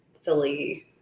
silly